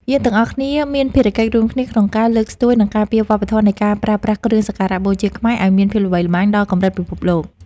យើងទាំងអស់គ្នាមានភារកិច្ចរួមគ្នាក្នុងការលើកស្ទួយ និងការពារវប្បធម៌នៃការប្រើប្រាស់គ្រឿងសក្ការបូជាខ្មែរឱ្យមានភាពល្បីល្បាញដល់កម្រិតពិភពលោក។